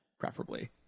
preferably